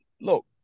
look